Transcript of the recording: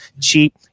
Cheap